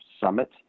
summit